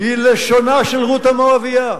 בלשונה של רות המואבייה: